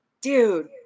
dude